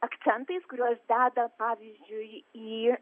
akcentais kuriuos deda pavyzdžiui į